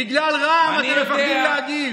בגלל רע"מ אתם מפחדים להגיב.